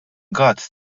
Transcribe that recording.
gatt